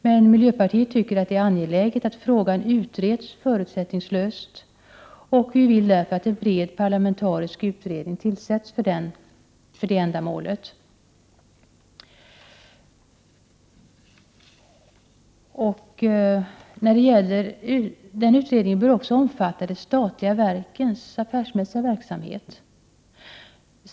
Men miljöpartiet tycker att det är angeläget att frågan utreds förutsättningslöst, och vi vill därför att en bred parlamentarisk utredning tillsätts för det ändamålet. Denna utredning bör också omfatta de statliga verkens affärsmässiga verksamhet.